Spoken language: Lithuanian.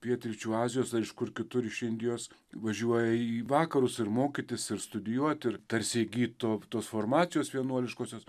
pietryčių azijos aišku ir kitur iš indijos važiuoja į vakarus ir mokytis ir studijuot ir tarsi įgyt tų tos formacijos vienuoliškosios